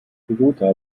toyota